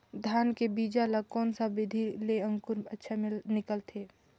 धान के बीजा ला कोन सा विधि ले अंकुर अच्छा निकलथे?